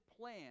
plan